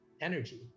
energy